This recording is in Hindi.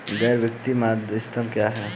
गैर वित्तीय मध्यस्थ क्या हैं?